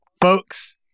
folks